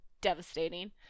devastating